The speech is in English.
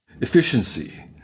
Efficiency